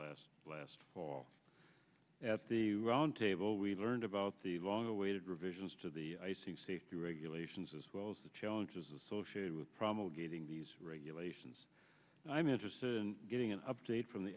last last fall at the roundtable we learned about the long awaited revisions to the regulations as well as the challenges associated with promulgating these regulations i'm interested in getting an update from the